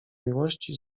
miłości